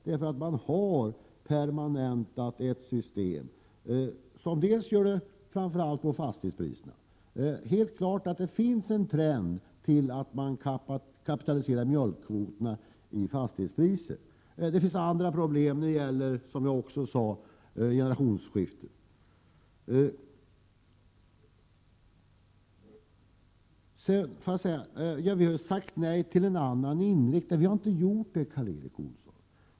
Det finns en klar trend till att mjölkkvoterna kapitaliseras i fastighetspriser. Det finns dessutom andra problem, som" jag sade tidigare, t.ex. i samband med generationsskiften. Vi har inte sagt nej till en annan inriktning Karl Erik Olsson.